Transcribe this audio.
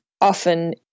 often